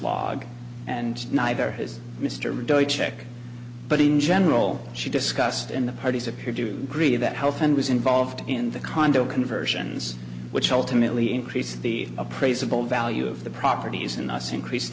log and neither is mr check but in general she discussed in the parties appear do agree that health and was involved in the condo conversions which ultimately increase the appraisal value of the properties in the us increas